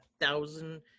thousand